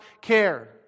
care